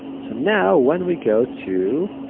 so, now when we go to.